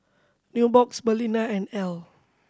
Nubox Balina and Elle